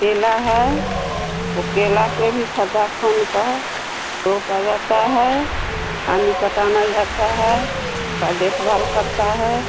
केला है वह केला के भी गड्ढा खोदकर रोपा जाता है पानी पताना जाता है ता देखभाल करता है